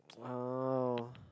oh